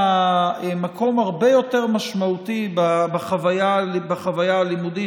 מקום הרבה יותר משמעותי בחוויה הלימודית.